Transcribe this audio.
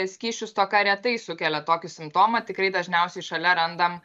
skysčių stoka retai sukelia tokį simptomą tikrai dažniausiai šalia randam